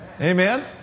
Amen